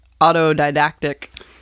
autodidactic